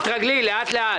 תתרגלי לאט-לאט.